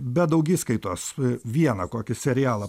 be daugiskaitos vieną kokį serialą